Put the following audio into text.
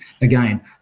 Again